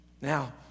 Now